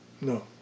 No